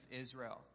Israel